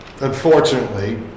unfortunately